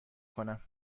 کنم